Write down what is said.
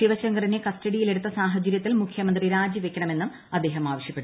ശിവശങ്കറിനെ കസ്റ്റഡിയിലെടുത്ത സാഹചര്യത്തിൽ മുഖ്യമന്ത്രി രാജിവയ്ക്കണമെന്ന് അദ്ദേഹം ആവശ്യപ്പെട്ടു